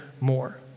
more